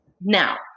Now